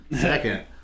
Second